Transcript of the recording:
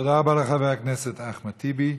תודה רבה לחבר הכנסת אחמד טיבי.